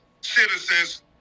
citizens